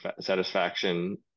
satisfaction